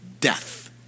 Death